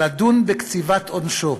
לדון בקציבת עונשו.